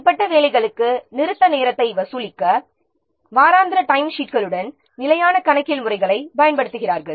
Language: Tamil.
தனிப்பட்ட வேலைகளுக்கு நிறுத்த நேரத்தை வசூலிக்க வாராந்திர டைம்ஷீட்களுடன் நிலையான கணக்கியல் முறைகளைப் பயன்படுத்துகிறார்கள்